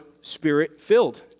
spirit-filled